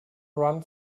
runs